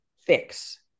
fix